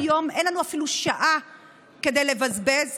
אדוני